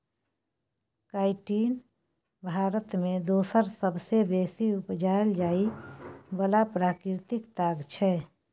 chitin Bharat मे दोसर सबसँ बेसी उपजाएल जाइ बला प्राकृतिक ताग छै